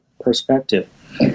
perspective